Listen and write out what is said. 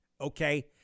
okay